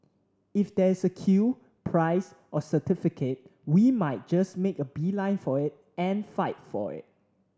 if there's a queue prize or certificate we might just make a beeline for it and fight for it